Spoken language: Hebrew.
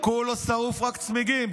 כולו שרוף, רק צמיגים.